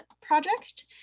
project